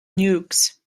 nukes